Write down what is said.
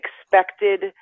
expected